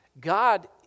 God